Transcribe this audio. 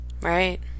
Right